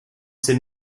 sais